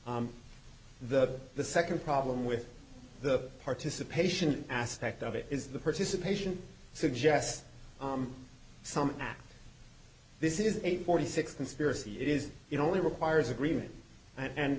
the the second problem with the participation aspect of it is the participation suggest some act this is a forty six conspiracy it is it only requires agreement and